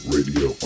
Radio